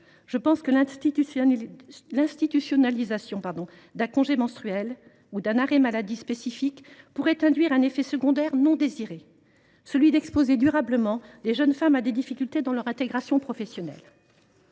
je pense que l’institutionnalisation d’un congé menstruel ou d’un arrêt maladie spécifique pourrait induire un effet secondaire non désiré : exposer durablement les jeunes femmes à des difficultés dans leur intégration professionnelle.